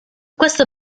questo